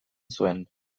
zuen